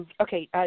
Okay